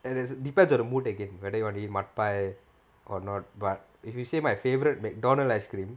and it depends on the mood again whether you want to eat mudpie or not but if you say my favourite McDonald's ice cream